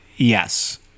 Yes